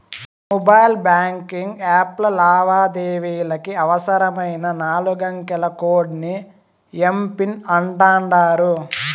mobile banking యాప్ల లావాదేవీలకి అవసరమైన నాలుగంకెల కోడ్ ని ఎమ్.పిన్ అంటాండారు